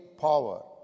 power